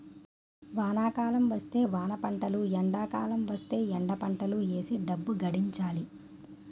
వానాకాలం వస్తే వానపంటలు ఎండాకాలం వస్తేయ్ ఎండపంటలు ఏసీ డబ్బు గడించాలి